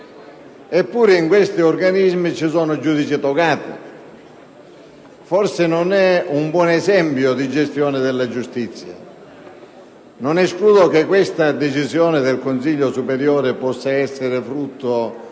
Eppure in questi organismi ci sono giudici togati. Forse non è un buon esempio di gestione della giustizia! Non escludo che questa decisione del Consiglio superiore possa essere frutto di